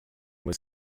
was